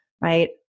right